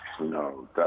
no